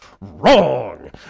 Wrong